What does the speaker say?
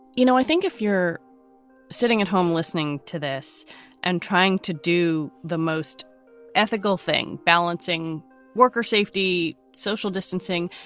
you know, i think if you're sitting at home listening to this and trying to do the most ethical thing, balancing worker safety, social distancing.